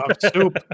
soup